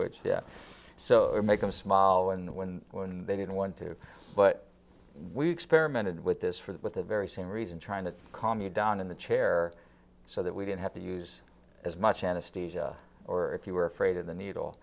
which so make them smile and when they didn't want to but we experimented with this for with the very same reason trying to calm you down in the chair so that we didn't have to use as much anesthesia or if you were afraid of the needle